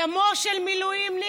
דמו של מילואימניק,